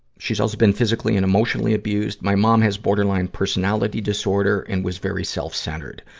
she's also been physically and emotionally abused. my mom has borderline personality disorder and was very self-centered.